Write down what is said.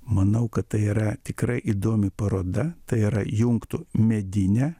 manau kad tai yra tikrai įdomi paroda tai yra jungtų medinę